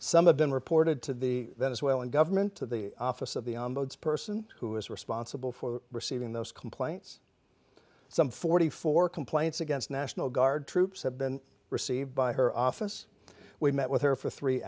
some of been reported to the venezuelan government to the office of the person who is responsible for receiving those complaints some forty four complaints against national guard troops have been received by her office we met with her for three